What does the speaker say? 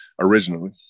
originally